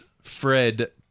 Fred